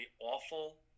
awful